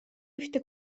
ühte